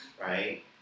right